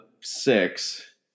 six